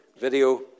video